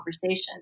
conversation